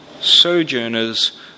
sojourners